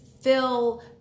fill